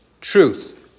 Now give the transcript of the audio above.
truth